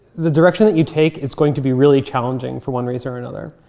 the direction that you take is going to be really challenging for one reason or another.